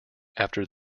after